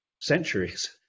centuries